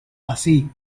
así